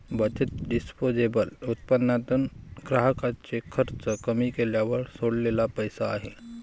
बचत हे डिस्पोजेबल उत्पन्नातून ग्राहकाचे खर्च कमी केल्यावर सोडलेला पैसा आहे